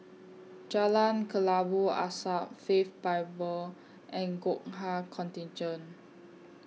Jalan Kelabu Asap Faith Bible and Gurkha Contingent